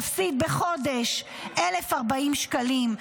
תפסיד בחודש 1,040 שקלים,